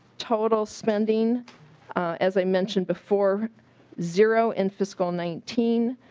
total spending as i mentioned before zero in fiscal nineteen.